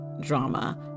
drama